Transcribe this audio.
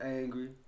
angry